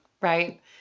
right